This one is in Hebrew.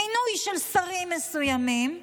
מינוי של שרים מסוימים,